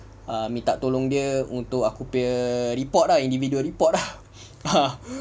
ah minta tolong dia untuk aku punya report ah individual report ah